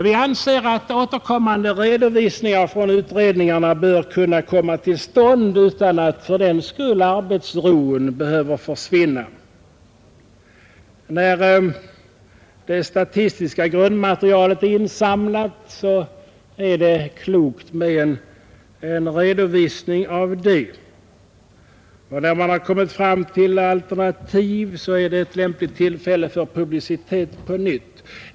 Vi anser att återkommande redovisningar från utredningarna bör kunna komma till stånd utan att arbetsron fördenskull behöver försvinna. När det statistiska grundmaterialet är insamlat är det klokt att göra en redovisning av det, och när man har kommit fram till alternativa lösningar är det ett lämpligt tillfälle till publicitet på nytt.